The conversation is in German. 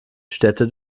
städte